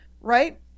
right